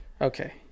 Okay